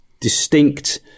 distinct